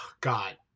God